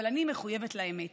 אבל אני מחויבת לאמת,